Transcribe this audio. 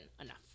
enough